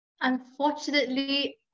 Unfortunately